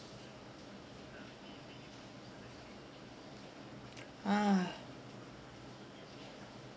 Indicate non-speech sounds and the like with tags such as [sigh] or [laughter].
[noise] ah